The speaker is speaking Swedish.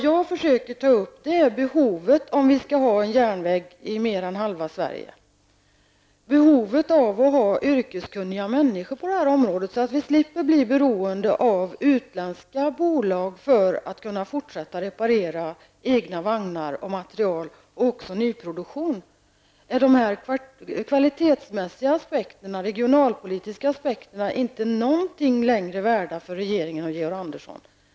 Jag försöker ta upp behovet av yrkeskunniga människor på detta område, om vi nu skall ha en järnväg i mer än halva Sverige, så att vi slipper bli beroende av utländska bolag för att kunna fortsätta att reparera egna vagnar, materiel och också nyproduktion. Är det inte längre kvalitetsmässiga och regionalpolitiska aspekterna värda någonting för regeringen, Georg Andersson?